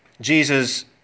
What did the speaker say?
Jesus